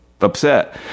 upset